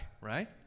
right